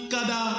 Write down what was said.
Kada